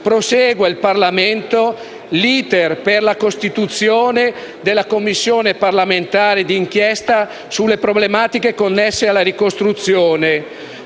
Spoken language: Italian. proseguire l'*iter* per la costituzione di una Commissione parlamentare d'inchiesta sulle problematiche connesse alla ricostruzione,